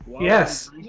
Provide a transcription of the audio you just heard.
Yes